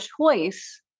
choice